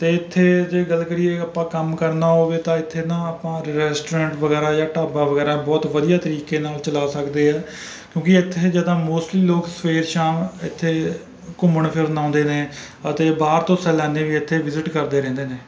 ਅਤੇ ਇੱਥੇ ਜੇ ਗੱਲ ਕਰੀਏ ਆਪਾਂ ਕੰਮ ਕਰਨਾ ਹੋਵੇ ਤਾਂ ਇੱਥੇ ਨਾ ਆਪਾਂ ਰੈਸਟੋਰੈਂਟ ਵਗੈਰਾ ਯਾ ਢਾਬਾ ਵਗੈਰਾ ਬਹੁਤ ਵਧੀਆ ਤਰੀਕੇ ਨਾਲ ਚਲਾ ਸਕਦੇ ਹੈ ਕਿਉਂਕਿ ਇੱਥੇ ਜ਼ਿਆਦਾ ਮੌਸਟਲੀ ਲੋਕ ਸਵੇਰ ਸ਼ਾਮ ਇੱਥੇ ਘੁੰਮਣ ਫਿਰਨ ਆਉਂਦੇ ਨੇ ਅਤੇ ਬਾਹਰ ਤੋਂ ਸੈਲਾਨੀ ਵੀ ਇੱਥੇ ਵਿਜ਼ਟ ਕਰਦੇ ਰਹਿੰਦੇ ਨੇ